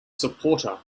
supporter